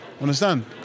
understand